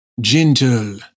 Gentle